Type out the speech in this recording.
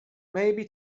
maybe